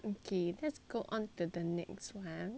okay let's go on to the next one